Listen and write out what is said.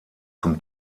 zum